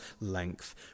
length